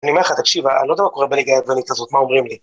אני אומר לך, תקשיב, אני לא יודע מה קורה בליגה היוונית הזאת, מה אומרים לי